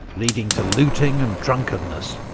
leading to looting and drunkenness,